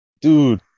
Dude